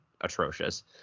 atrocious